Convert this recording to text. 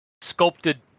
sculpted